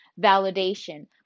validation